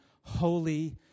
holy